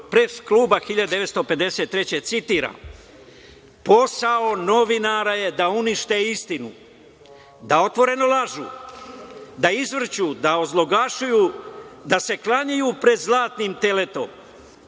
pres kluba 1953. godine. Citiram - Posao novinara je da unište istinu, da otvoreno lažu, da izvrću, da ozloglašuju, da se klanjaju pred zlatnim teletom